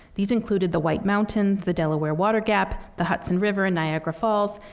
these included the white mountains, the delaware water gap, the hudson river and niagara falls,